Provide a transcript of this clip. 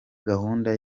gahunda